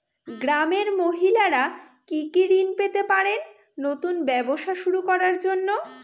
গ্রামের মহিলারা কি কি ঋণ পেতে পারেন নতুন ব্যবসা শুরু করার জন্য?